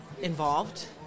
involved